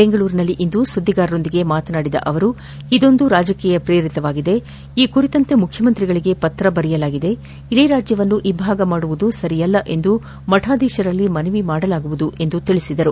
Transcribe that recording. ಬೆಂಗಳೂರಿನಲ್ಲಿಂದು ಸುದ್ವಿಗಾರರೊಂದಿಗೆ ಮಾತನಾಡಿದ ಅವರು ಇದೊಂದು ರಾಜಕೀಯ ಪ್ರೇರಿತವಾಗಿದೆ ಈ ಕುರಿತಂತೆ ಮುಖ್ಯಮಂತ್ರಿಗಳಿಗೆ ಪತ್ರ ಬರೆಯಲಾಗಿದೆ ಇಡೀ ರಾಜ್ದವನ್ನು ಇಬ್ಭಾಗ ಮಾಡುವುದು ಸರಿಯಲ್ಲ ಎಂದು ಮಠಾಧೀಶರಲ್ಲಿ ಮನವಿ ಮಾಡಲಾಗುವುದು ಎಂದು ತಿಳಿಸಿದರು